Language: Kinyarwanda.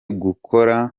gukora